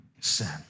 sin